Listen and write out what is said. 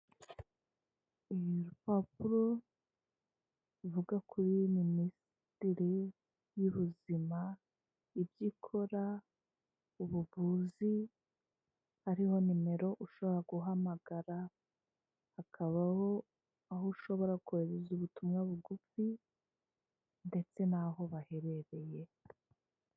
Ni urupapuro ruvuga kuri minisiteri y'ubu ubuzima ibyo ikora ubuvuzi hariho nimero ushobora guhamagara hakabaho aho ushobora kohereza ubutumwa bugufi ndetse n'aho baherereye.